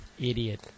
Idiot